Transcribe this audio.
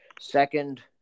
second